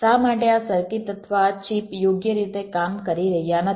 શા માટે આ સર્કિટ અથવા ચિપ યોગ્ય રીતે કામ કરી રહ્યાં નથી